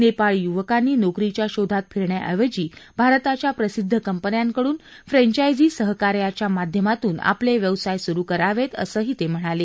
नेपाळी युवकांनी नोकरीच्या शोधात फिरण्याऐवजी भारताच्या प्रसिद्ध कंपन्यांकडून फ्रेंचायझी सहकार्याच्या माध्यमातून आपले व्यवसाय सुरू करावेत असंही ते म्हणाले